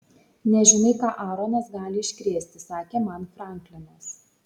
nežinai ką aaronas gali iškrėsti sakė man franklinas